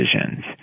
decisions